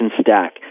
stack